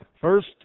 First